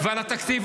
ועל התקציב,